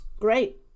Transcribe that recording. Great